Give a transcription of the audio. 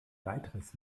weiteres